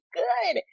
good